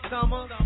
summer